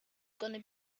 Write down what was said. gonna